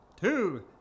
two